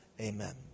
Amen